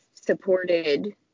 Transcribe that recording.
supported